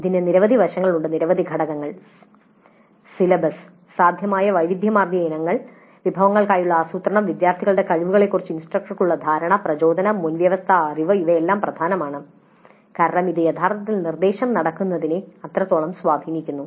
ഇതിന് നിരവധി വശങ്ങളുണ്ട് നിരവധി ഘടകങ്ങൾ സിലബസ് സാധ്യമായ വൈവിധ്യമാർന്ന ഇനങ്ങൾ വിഭവങ്ങൾക്കായുള്ള ആസൂത്രണം വിദ്യാർത്ഥികളുടെ കഴിവുകളെക്കുറിച്ച് ഇൻസ്ട്രക്ടറുടെ ധാരണ പ്രചോദനം മുൻവ്യവസ്ഥാ അറിവ് ഇവയെല്ലാം വളരെ പ്രധാനമാണ് കാരണം ഇത് യഥാർത്ഥത്തിൽ നിർദ്ദേശം നടക്കുന്നുതിനെ അത്രത്തോളം സ്വാധീനിക്കുന്നു